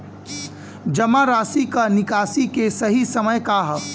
जमा राशि क निकासी के सही समय का ह?